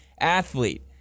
athlete